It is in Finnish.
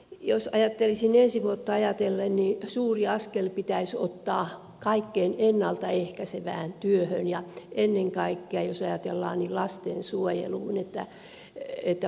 jos ajattelisin ensi vuotta niin suuri askel pitäisi ottaa kaikkeen ennalta ehkäisevään työhön ja ennen kaikkea jos ajatellaan niin lastensuojeluun